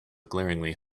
glaringly